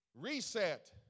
reset